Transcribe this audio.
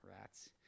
rats